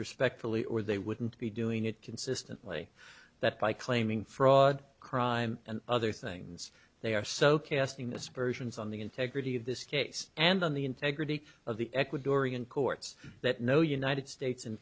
respectfully or they wouldn't be doing it consistently that by claiming fraud crime and other things they are so casting aspersions on the integrity of this case and on the integrity of the ecuadorian courts that no united states in